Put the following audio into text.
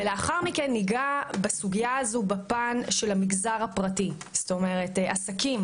לאחר מכן ניגע בסוגייה הזו בפן של המגזר הפרטי: עסקים